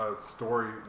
story